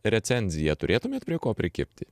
recenziją turėtumėt prie ko prikibti